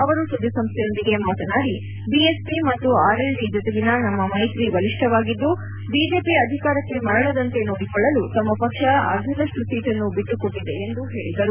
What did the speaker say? ಅವರು ಸುದ್ದಿಸಂಸ್ಣೆಯೊಂದಿಗೆ ಮಾತನಾಡಿ ಬಿಎಸ್ಪಿ ಮತ್ತು ಆರ್ಎಲ್ಡಿ ಜೊತೆಗಿನ ನಮ್ಮ ಮೈತ್ರಿ ಬಲಿಷ್ಣವಾಗಿದ್ದು ಬಿಜೆಪಿ ಅಧಿಕಾರಕ್ಕೆ ಮರಳದಂತೆ ನೋಡಿಕೊಳ್ಳಲು ತಮ್ಮ ಪಕ್ಷ ಅರ್ಧದಷ್ಟು ಸೀಟನ್ನು ಬಿಟ್ಟುಕೊಟ್ಟಿದೆ ಎಂದು ಹೇಳಿದರು